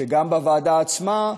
שגם בוועדה עצמה,